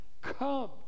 come